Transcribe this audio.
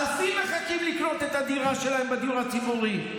אלפים מחכים לקנות את הדירה שלהם בדיור הציבורי.